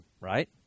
right